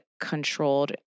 controlled